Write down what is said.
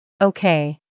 Okay